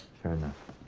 fair enough.